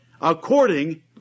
according